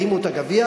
והם הרימו את הגביע.